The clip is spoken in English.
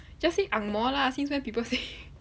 just say ang moh lah since when people say